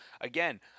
again